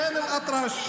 תאמר סרסור.